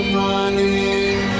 running